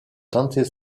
tenter